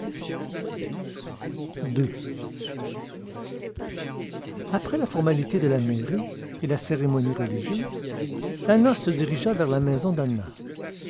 ii après la formalité de la mairie et la cérémonie religieuse la noce se dirigea vers la maison d'anna